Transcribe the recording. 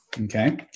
Okay